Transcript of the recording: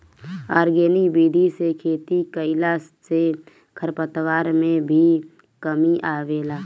organic विधि से खेती कईला से खरपतवार में भी कमी आवेला